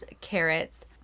carrots